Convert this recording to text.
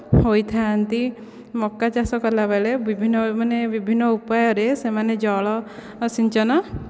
ହୋଇଥାନ୍ତି ମକା ଚାଷ କଲାବେଳେ ବିଭିନ୍ନ ମାନେ ବିଭିନ୍ନ ଉପାୟରେ ସେମାନେ ଜଳ ସିଞ୍ଚନ